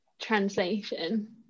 translation